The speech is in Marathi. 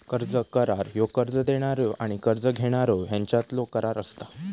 कर्ज करार ह्यो कर्ज देणारो आणि कर्ज घेणारो ह्यांच्यातलो करार असता